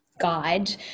guide